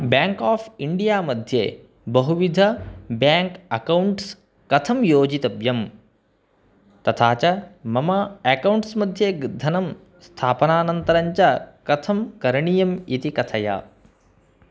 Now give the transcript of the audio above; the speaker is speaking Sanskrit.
बेङ्क् आफ़् इण्डिया मध्ये बहुविध बेङ्क् अकौण्ट्स् कथं योजितव्यम् तथा च मम अकौण्ट्स् मध्ये धनं स्थापनानन्तरञ्च कथं करणीयम् इति कथय